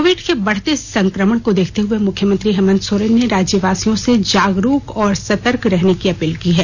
Covid के बढ़ते संकमण को देखते हुए मुख्यमंत्री हेमंत सोरेन ने राज्यवासियों से जागरूक और सतर्क रहने की अपील की है